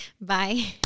Bye